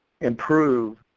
improve